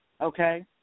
okay